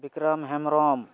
Bikram Hembrom